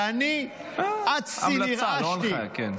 ואני אצתי, נרעשתי.